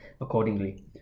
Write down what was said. accordingly